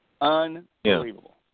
Unbelievable